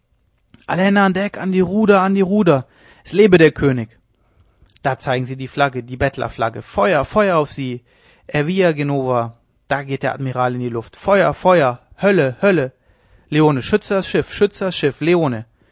an deck an die ruder an die ruder es lebe der könig da zeigen sie die flagge die bettlerflagge feuer feuer auf sie evviva genova da geht der admiral in die luft feuer feuer hölle hölle leone schütze das schiff